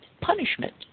punishment